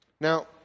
Now